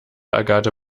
agathe